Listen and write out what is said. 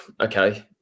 okay